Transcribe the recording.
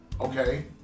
Okay